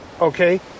okay